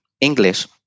English